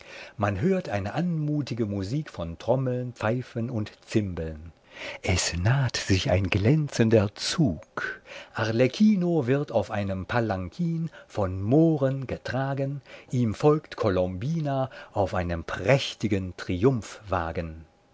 man hört eine anmutige musik von trommeln pfeifen und zimbeln es naht sich ein glänzender zug arlecchino wird auf einem palankin von mohren getragen ihm folgt colombina auf einem prächtigen